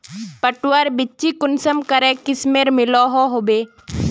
पटवार बिच्ची कुंसम करे किस्मेर मिलोहो होबे?